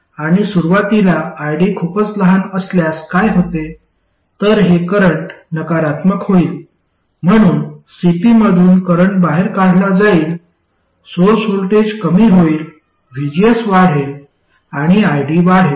आणि सुरुवातीला id खूपच लहान असल्यास काय होते तर हे करंट नकारात्मक होईल म्हणून Cp मधून करंट बाहेर काढला जाईल सोर्स व्होल्टेज कमी होईल vgs वाढेल आणि id वाढेल